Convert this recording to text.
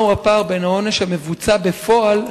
מהו הפער בין העונש המבוצע בפועל,